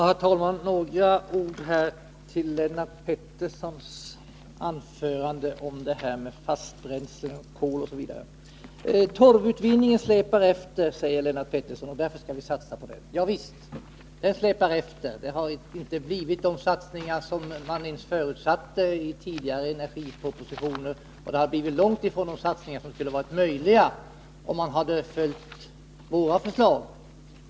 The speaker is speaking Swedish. Herr talman! Några ord till Lennart Pettersson med anledning av vad han sade om fasta bränslen — kol osv. Torvutvinningen släpar efter, sade Lennart Pettersson, och därför skall vi satsa på den. Ja, visst släpar den efter. Det har inte blivit de satsningar som man förutsatte i tidigare energipropositioner, och det har blivit långt ifrån de satsningar som skulle ha varit möjliga, om man hade följt våra förslag.